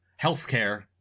Healthcare